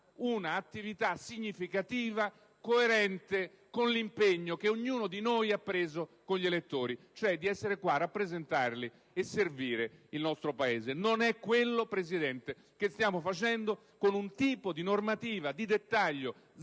un'attività significativa, coerente con l'impegno che ognuno di noi ha preso con gli elettori, cioè di essere qua a rappresentarli e servire il nostro Paese. Non è quello, signora Presidente, che stiamo facendo con un tipo di normativa di dettaglio,